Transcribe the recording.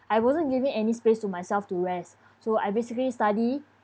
I wasn't giving any space to myself to rest so I basically study